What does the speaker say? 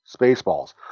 Spaceballs